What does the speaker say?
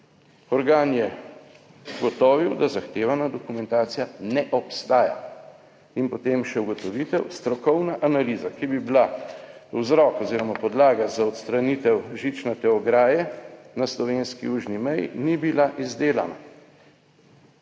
"Organ je ugotovil, da zahtevana dokumentacija ne obstaja." In potem še ugotovitev, strokovna analiza, ki bi bila vzrok oziroma podlaga za odstranitev žičnate ograje na slovenski južni meji ni bila izdelana.